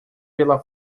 pela